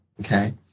okay